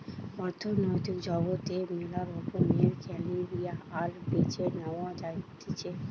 অর্থনৈতিক জগতে মেলা রকমের ক্যারিয়ার বেছে নেওয়া যাতিছে